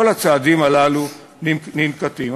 כל הצעדים הללו ננקטים.